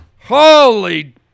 Holy